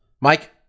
Mike